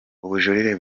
ubujurire